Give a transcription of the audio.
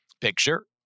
picture